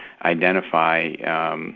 identify